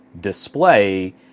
display